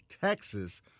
Texas